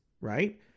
right